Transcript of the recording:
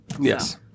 Yes